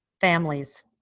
families